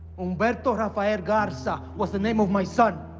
umberto rafael garza was the name of my son.